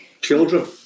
children